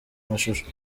amashusho